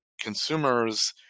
consumers